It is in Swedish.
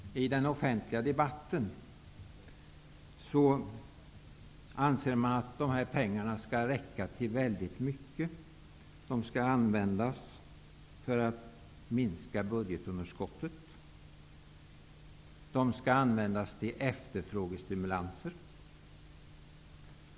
I den offentliga debatten anser man att dessa pengar skall räcka till väldigt mycket. De skall användas till att minska budgetunderskottet. De skall användas till efterfrågestimulanser.